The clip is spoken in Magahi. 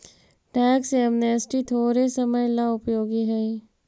टैक्स एमनेस्टी थोड़े समय ला उपयोगी हई